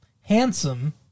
Handsome